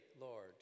Lord